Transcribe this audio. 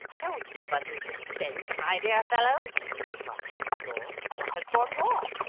don't keep us in suspense, my dear fellow! mr. parker implored. what has gone wrong?